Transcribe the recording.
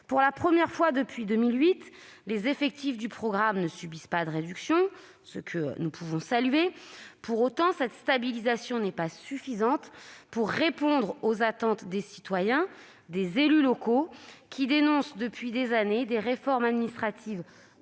Pour la première fois depuis 2008, les effectifs du programme ne subissent pas de réduction, ce que nous saluons. Pour autant, cette stabilisation n'est pas suffisante pour répondre aux attentes des citoyens et des élus locaux, qui dénoncent depuis des années des réformes administratives